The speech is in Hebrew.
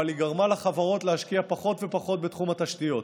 אבל היא גרמה לחברות להשקיע פחות ופחות בתחום התשתיות,